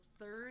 third